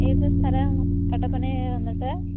ഏത് സ്ഥലമാണ് കട്ടപ്പനയില് വന്നിട്ട്